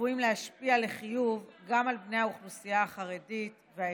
צפויה להשפיע לחיוב גם על בני האוכלוסייה החרדית והאתיופית.